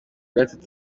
gatatu